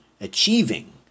achieving